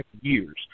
years